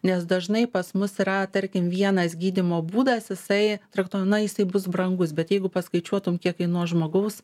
nes dažnai pas mus yra tarkim vienas gydymo būdas jisai traktuoja na jisai bus brangus bet jeigu paskaičiuotum kiek kainuos žmogaus